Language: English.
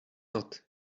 not